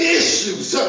issues